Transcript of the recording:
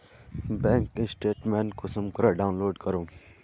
Bank statement कुंसम करे download करूम?